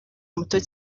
muto